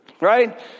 Right